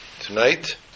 tonight